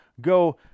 go